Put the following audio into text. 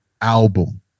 album